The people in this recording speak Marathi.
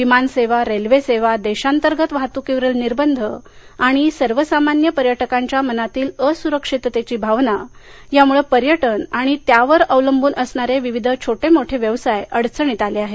विमानसेवा रेल्वेसेवा देशांतर्गत वाहत्कीवरील निर्बंध आणि सर्वसामान्य पर्यटकांच्या मनातील असुरक्षिततेची भावना याम्ळे पर्यटन आणि त्यावर अवलंब्रून असणारे विविध छोटेमोठे व्यवसाय अडचणीत आले आहेत